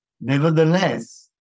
Nevertheless